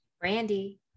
Brandy